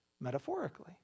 metaphorically